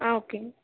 ஓகேங்க மேம்